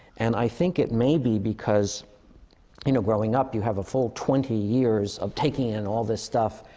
and i think it may be because you know, growing up, you have a full twenty years of taking in all this stuff.